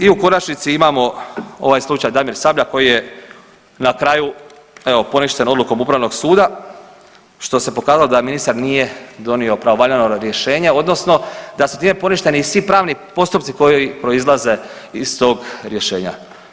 I na, i u konačnici imamo ovaj slučaj Damir Sabljak koji je na kraju evo poništen odlukom Upravnog suda što se pokazalo da ministar nije donio pravovaljano rješenje odnosno da su time poništeni i svi pravni postupci koji proizlaze iz tog rješenja.